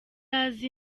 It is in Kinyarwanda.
azi